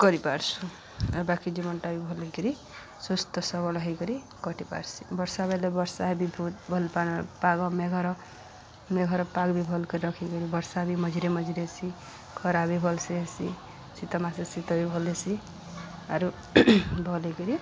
କରିପାର୍ସୁ ଆଉ ବାକି ଜୀବନଟା ବି ଭଲକିରି ସୁସ୍ଥ ସବଳ ହେଇକରି କଟିପାର୍ସି ବର୍ଷା ବଲେ ବର୍ଷା ହେ ବି ବହୁତ ଭଲ ପା ପାଗ ମେଘର ମେଘର ପାଗ ବି ଭଲ୍ କରି ରଖିକରି ବର୍ଷା ବି ମଝିରେ ମଝିରେ ହେସି ଖରା ବି ଭଲ ସେ ହେସି ଶୀତ ମାସେ ଶୀତ ବି ଭଲ ହେସି ଆରୁ ଭଲକରି